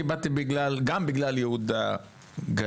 אני באתי גם בגלל ייהוד הגליל.